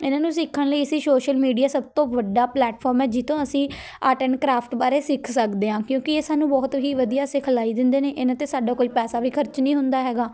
ਇਹਨਾਂ ਨੂੰ ਸਿੱਖਣ ਲਈ ਅਸੀਂ ਸ਼ੋਸ਼ਲ ਮੀਡੀਆ ਸਭ ਤੋਂ ਵੱਡਾ ਪਲੈਟਫਾਰਮ ਹੈ ਜਿਹ ਤੋਂ ਅਸੀਂ ਆਰਟ ਐਂਡ ਕਰਾਫਟ ਬਾਰੇ ਸਿੱਖ ਸਕਦੇ ਹਾਂ ਕਿਉਂਕਿ ਇਹ ਸਾਨੂੰ ਬਹੁਤ ਹੀ ਵਧੀਆ ਸਿਖਲਾਈ ਦਿੰਦੇ ਨੇ ਇਹਨਾਂ 'ਤੇ ਸਾਡਾ ਕੋਈ ਪੈਸਾ ਵੀ ਖਰਚ ਨਹੀਂ ਹੁੰਦਾ ਹੈਗਾ